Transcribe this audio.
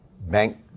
bank